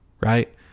Right